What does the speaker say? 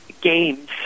games